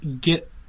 get